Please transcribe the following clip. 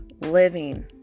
living